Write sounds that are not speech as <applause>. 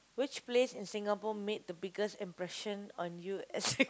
which place in Singapore made the biggest impression on you as a <laughs>